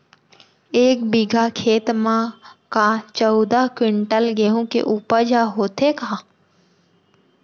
एक बीघा खेत म का चौदह क्विंटल गेहूँ के उपज ह होथे का?